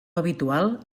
habitual